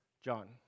John